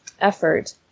effort